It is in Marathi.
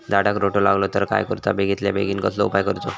झाडाक रोटो लागलो तर काय करुचा बेगितल्या बेगीन कसलो उपाय करूचो?